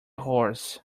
horse